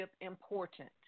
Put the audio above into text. important